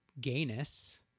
gayness